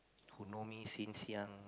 who know me since young